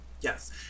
Yes